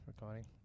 recording